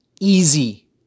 easy